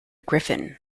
gryphon